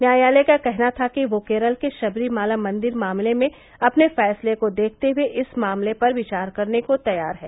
न्यायालय का कहना था कि वह केरल के शबरीमला मंदिर मामले में अपने फैसले को देखते हुए इस मामले पर विचार करने को तैयार है